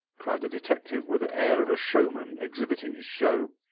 cried the detective, with the air of a showman exhibiting his show.